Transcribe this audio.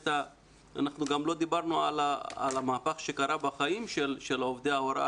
לא דיברנו על המהפך שקרה בחיים של עובדי הוראה